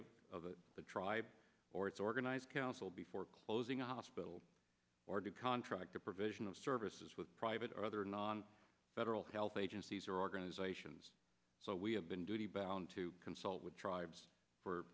body of the tribe or its organized council before closing a hospital or to contract the provision of services with private or other non federal health agencies or organizations so we have been duty bound to consult with tribes for